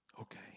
Okay